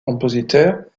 compositeurs